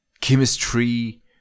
chemistry